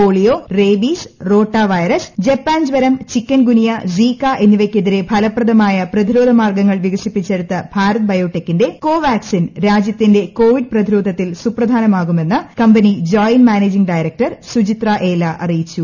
polio rabies rota virus Japan ജൂരം chikungunya Zika എന്നിവയ്ക്കെതിരെ ഫലപ്രദമായ പ്രതിരോധ മാർഗ്ഗങ്ങൾ വികസിപ്പിച്ചെടുത്ത ഭാരത് ബയോടെക്കിന്റെ കോവാക്സിൻ രാജ്യത്തിന്റെ കോവിഡ് പ്രതിരോധത്തിൽ സുപ്രധാനമാകുമെന്ന് company joint managing director Suchitra Ella അറിയിച്ചു